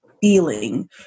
feeling